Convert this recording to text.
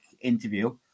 interview